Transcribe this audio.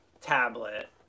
tablet